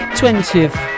20th